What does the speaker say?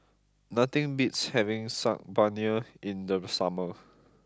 nothing beats having Saag Paneer in the summer